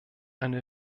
eine